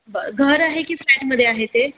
ब घर आहे की फ्लॅटमध्ये आहे ते